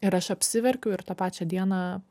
ir aš apsiverkiau ir tą pačią dieną